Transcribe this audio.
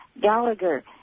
Gallagher